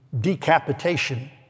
decapitation